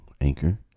anchor